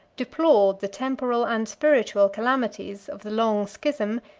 deplored the temporal and spiritual calamities of the long schism,